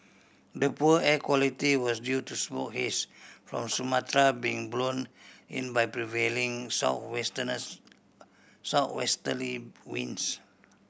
the poor air quality was due to smoke haze from Sumatra being blown in by prevailing southwesterly winds